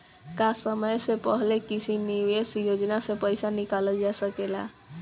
का समय से पहले किसी निवेश योजना से र्पइसा निकालल जा सकेला?